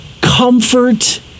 comfort